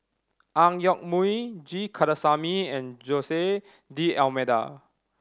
Ang Yoke Mooi G Kandasamy and Jose D'Almeida